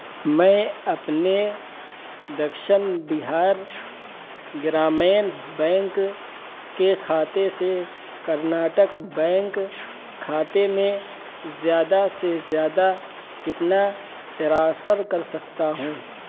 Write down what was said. میں اپنے دکشن بہار گرامین بینک کے کھاتے سے کرناٹک بینک کھاتے میں زیادہ سے زیادہ کتنا ٹرانسفر کر سکتا ہوں